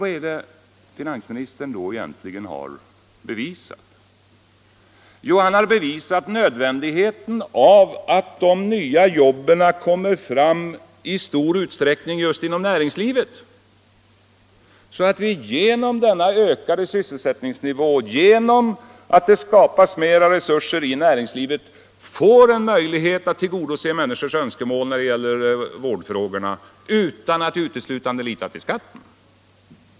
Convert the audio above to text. Vad är det finansministern då egentligen har bevisat? Jo, han har bevisat nödvändigheten av att de nya jobben i stor utsträckning skapas just inom näringslivet, så att vi genom denna höjda sysselsättningsnivå, genom att det skapas mera resurser i näringslivet, får en möjlighet att tillgodose människors önskemål när det gäller vården utan att uteslutande lita till skattehöjningar.